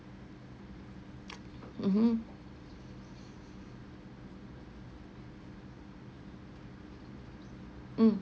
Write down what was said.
mmhmm mm